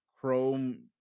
chrome